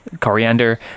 coriander